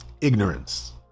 Ignorance